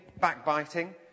backbiting